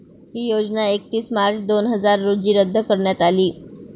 ही योजना एकतीस मार्च दोन हजार रोजी रद्द करण्यात आली